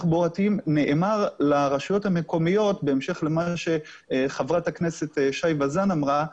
נאמר לרשויות המקומיות - בהמשך למה שאמר חברת הכנסת שי וזאן אמרה